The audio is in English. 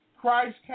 Christ